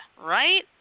right